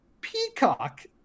Peacock